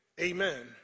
amen